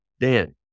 Dan